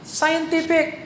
scientific